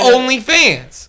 OnlyFans